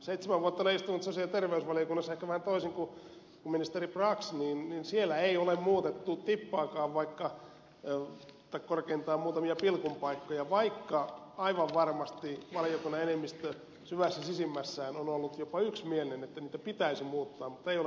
seitsemän vuotta olen istunut sosiaali ja terveysvaliokunnassa ja ehkä vähän toisin kun ministeri brax niin siellä ei ole muutettu tippaakaan tai korkeintaan muutamia pilkun paikkoja vaikka aivan varmasti valiokunnan enemmistö syvässä sisimmässään on ollut jopa yksimielinen että niitä pitäisi muuttaa mutta ei ole muutettu